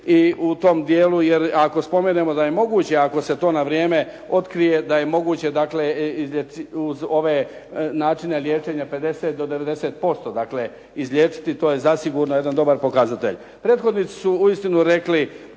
i u tom dijelu jer ako spomenemo da je moguće, ako se to na vrijeme otkrije, da je moguće dakle uz ove načine liječenje 50 do 90% dakle izliječiti. To je zasigurno jedan dobar pokazatelj. Prethodnici su uistinu rekli